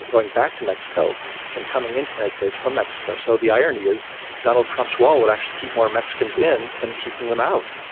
going back to mexico than coming into the united states from mexico. so the irony is donald trump's wall would actually keep more mexicans in than keeping them out.